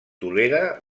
tolera